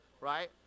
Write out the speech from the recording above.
Right